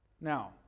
Now